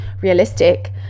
realistic